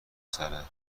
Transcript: سرم